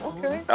Okay